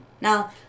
now